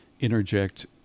interject